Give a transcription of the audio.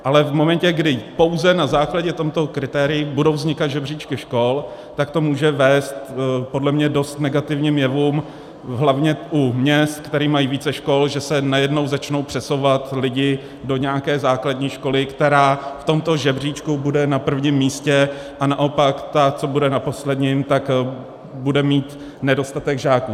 Ale v momentě, kdy pouze na základě těchto kritérií budou vznikat žebříčky škol, tak to může vést podle mě k dost negativním jevům, hlavně u měst, která mají více škol, že se najednou začnou přesouvat lidi do nějaké základní školy, která v tomto žebříčku bude na prvním místě, a naopak ta, která bude na posledním, bude mít nedostatek žáků.